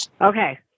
Okay